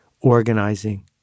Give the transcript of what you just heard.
organizing